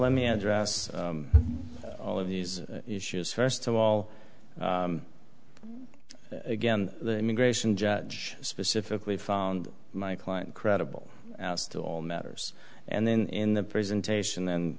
let me address all of these issues first of all again the immigration judge specifically found my client credible asked all matters and then in the presentation